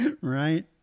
Right